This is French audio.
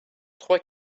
trois